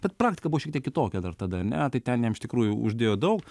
bet praktika buvo šiek tiek kitokia dar tada ar ne tai ten jam iš tikrųjų uždėjo daug